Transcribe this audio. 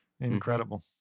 incredible